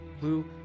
blue